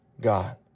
God